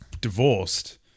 divorced